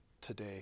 today